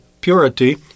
purity